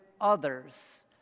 others